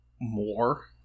more